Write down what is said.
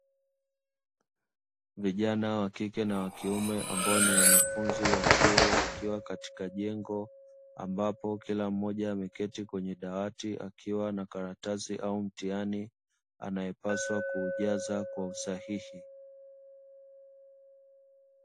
Vijana wa kike na wakiume ambao ni wanafunzi wa chuo, wakiwa katika jengo, ambapo kila mmoja ameketi kwenye dawati akiwa na karatasi au mtihani anaopaswa kuujaza kwa usahihi.